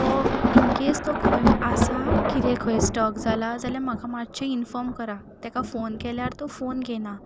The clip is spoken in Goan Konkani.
तो इनकेज तो खंय आसा कितें खंय स्टक जाला जाल्यार म्हाका मातशें इनफॉर्म करा तेका फोन केल्यार तो घेयना